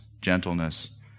gentleness